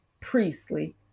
priestly